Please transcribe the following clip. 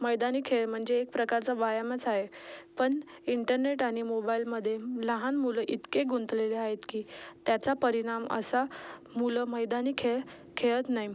मैदानी खेळ म्हणजे एक प्रकारचा व्यायामच आहे पण इंटरनेट आणि मोबाईलमध्ये लहान मुलं इतके गुंतलेले आहेत की त्याचा परिणाम असा मुलं मैदानी खेळ खेळत नाही